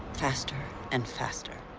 faster and faster.